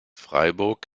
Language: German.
freiburg